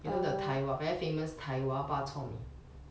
you know the tai hwa very famous tai hwa bak chor mee